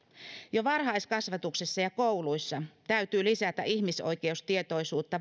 jo varhaiskasvatuksessa ja kouluissa täytyy lisätä ihmisoikeustietoisuutta